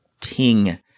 ting